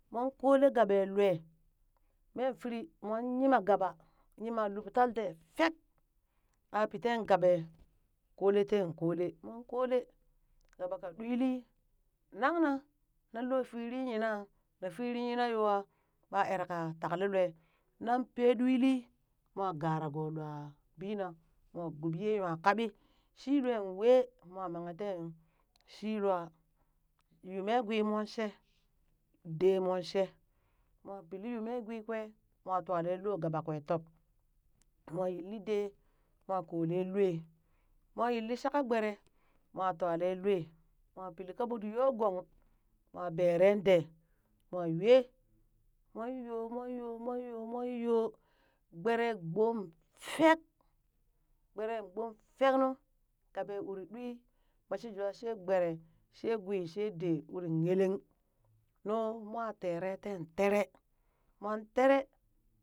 Mon kole gaɓa lue, meen firi mon yima gaɓa nyima lub tal dee fek, ɓaa pi teen gaɓe kole teen kole mon kole, gaaɓa ka ɗwili nangna nanlo firi yina na firi yina yoa ɓa ereka takale lue pee ɗwili mwa gara go lua bina mwa guɓi ye nwa kaɓi shi luen wee mwa manghe teen shi lua yu me gwii mon she dee mon she, mwa pili yu me gwi kwe mwa twale lo gaɓa kwe tob, mwa yilli dee mwa koleŋ lwe, mwa yilli shaka gbere mwa twaleŋ lwe mwa pilli kaɓu yo gong mwa beren dee, mwa yue mon yo mon yo mon yo mon yo, gbere gbom fek gberen gbom fek nu gaɓe uri ɗwi ma shi jwa she gbere she gwi she dee uri yeleng nu mwa tere teen tere mon tere.